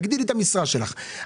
תגדילי את המשרה שלך,